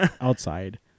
outside